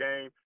game